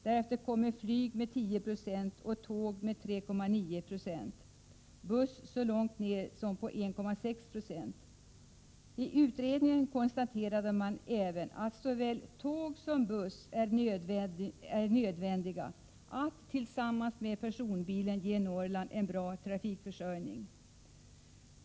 Därefter kommer flyg med 10 26 och tåg med 3,9 26, buss så långt ner som på 1,6 26. I utredningen konstaterade man även att såväl tåg som buss är nödvändiga för att tillsammans med personbilen ge Norrland en bra trafikförsörjning.